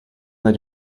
that